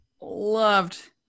loved